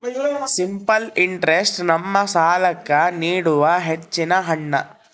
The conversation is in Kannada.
ಸಿಂಪಲ್ ಇಂಟ್ರೆಸ್ಟ್ ನಮ್ಮ ಸಾಲ್ಲಾಕ್ಕ ನೀಡುವ ಹೆಚ್ಚಿನ ಹಣ್ಣ